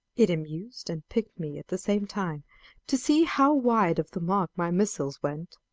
it amused and piqued me at the same time to see how wide of the mark my missiles went.